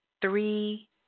three